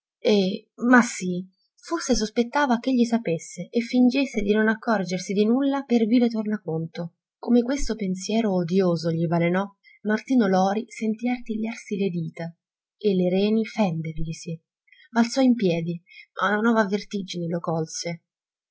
e ma sì forse sospettava ch'egli sapesse e fingesse di non accorgersi di nulla per vile tornaconto come questo pensiero odioso gli balenò martino lori sentì artigliarsi le dita e le reni fenderglisi balzò in piedi ma una nuova vertigine lo colse